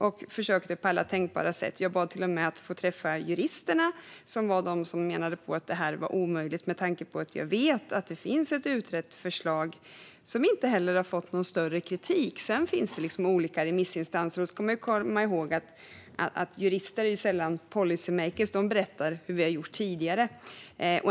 Jag försökte igen på alla tänkbara sätt och bad till och med om att få träffa juristerna, som menade att detta var omöjligt. Jag vet att det finns ett utrett förslag som inte har fått någon större kritik, och det finns olika remissinstanser. Men låt oss komma ihåg att jurister sällan är policy makers, utan de berättar hur man har gjort tidigare.